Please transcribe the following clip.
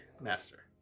master